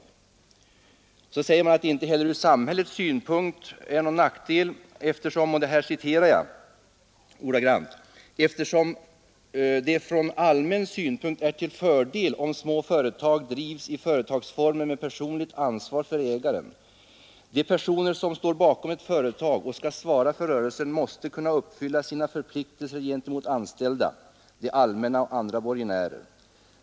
Utskottsmajoriteten anser också att det inte heller från samhällets synpunkt är någon nackdel eftersom det ”från allmän synpunkt är till fördel om små företag drivs i företagsformer med personligt ansvar för ägaren. De personer som står bakom ett företag och skall svara för rörelsen måste kunna uppfylla sina förpliktelser gentemot anställda, det allmänna och andra borgenärer.